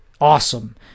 awesome